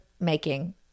making-